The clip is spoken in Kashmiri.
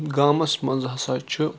گامَس منٛز ہَسا چھُ